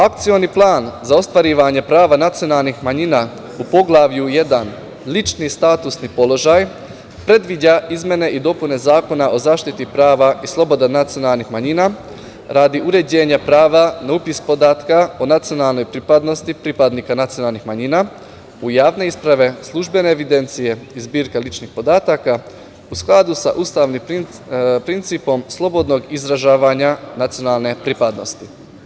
Akcioni plan za ostvarivanje prava nacionalnih manjina u Poglavlju 1 lični statusni položaj predviđa izmene i dopune Zakona o zaštiti prava i slobodi nacionalnih manjina radi uređenja prava na upis podataka o nacionalnoj pripadnosti pripadnika nacionalnih manjina u javne isprave, službene evidencije, zbirke ličnih podataka u skladu sa ustavnim principom slobodnog izražavanja nacionalne pripadnosti.